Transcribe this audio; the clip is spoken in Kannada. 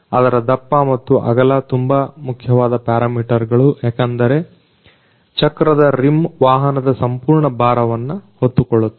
ಅದರ ದಪ್ಪ ಮತ್ತು ಅಗಲ ತುಂಬಾ ಮುಖ್ಯವಾದ ಪ್ಯಾರಮೀಟರ್ಗಳು ಯಾಕೆಂದ್ರೆ ಚಕ್ರದ ರಿಮ್ ವಾಹನದ ಸಂಪೂರ್ಣ ಭಾರವನ್ನ ಹೊತ್ತುಕೊಳ್ಳುತ್ತದೆ